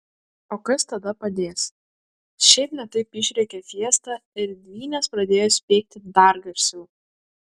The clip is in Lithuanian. o kas tada padės šiaip ne taip išrėkė fiesta ir dvynės pradėjo spiegti dar garsiau